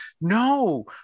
no